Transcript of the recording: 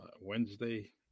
Wednesday